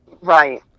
Right